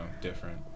different